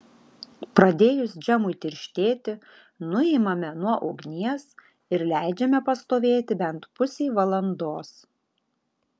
pradėjus džemui tirštėti nuimame nuo ugnies ir leidžiame pastovėti bent pusei valandos